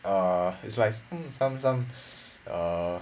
err is like hmm some some err